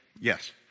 Yes